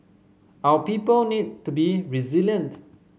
our people need to be resilient